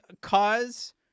cause